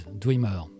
Dreamer